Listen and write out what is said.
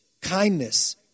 kindness